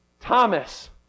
Thomas